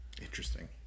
Interesting